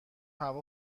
هوا